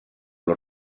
los